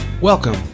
Welcome